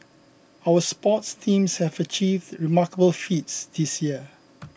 our sports teams have achieved remarkable feats this year